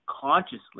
consciously